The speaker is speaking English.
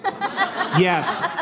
yes